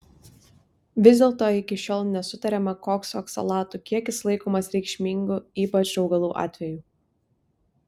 vis dėlto iki šiol nesutariama koks oksalatų kiekis laikomas reikšmingu ypač augalų atveju